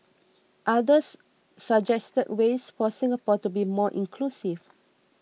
others suggested ways for Singapore to be more inclusive